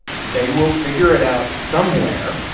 they will figure it out somewhere,